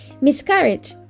Miscarriage